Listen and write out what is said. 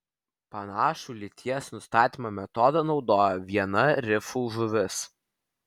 panašų lyties nustatymo metodą naudoja viena rifų žuvis